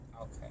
Okay